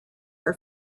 her